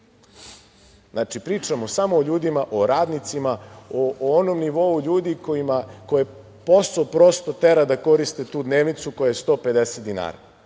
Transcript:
Znači, pričamo samo o ljudima, o radnicima, o onom nivou ljudi koje posao prosto tera da koriste tu dnevnicu koja je 150 dinara. Siguran